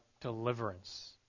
deliverance